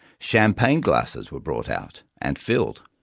champagne glasses were brought out, and filled.